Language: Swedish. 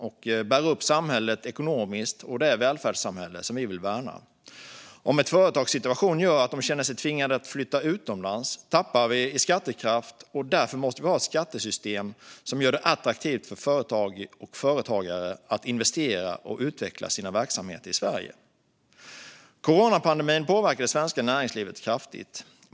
De bär upp samhället, och det välfärdssamhälle som vi vill värna, ekonomiskt. Om ett företags situation gör att de känner sig tvingade att flytta utomlands tappar vi i skattekraft. Därför måste vi ha ett skattesystem som gör det attraktivt för företag och företagare att investera och utveckla sina verksamheter i Sverige. Coronapandemin påverkade det svenska näringslivet kraftigt.